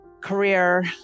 career